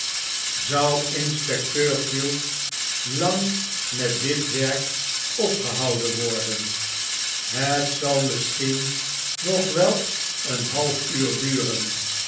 zou inspecteur field lang met dit werkopgehouden worden het zal misschien nog wel een half uur duren